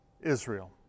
Israel